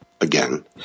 again